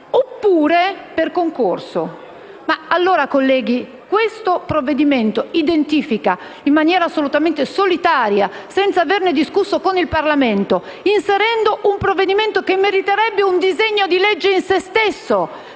oppure per concorso. Ma allora, colleghi, il Governo, in maniera assolutamente solitaria e senza averne discusso con il Parlamento, inserisce un provvedimento che meriterebbe un disegno di legge a sé stante,